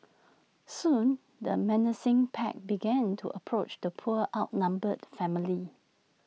soon the menacing pack began to approach the poor outnumbered family